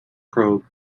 probe